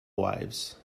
wives